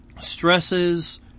stresses